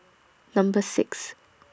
Number six